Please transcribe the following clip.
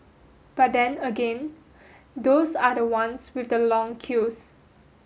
but then again those are the ones with the long queues